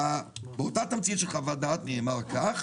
באותה תמצית של חוות דעת נאמר כך